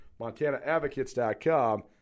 MontanaAdvocates.com